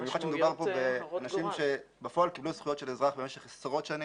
במיוחד שמדובר פה באנשים שבפועל קיבלו זכויות של אזרח במשך עשרות שנים,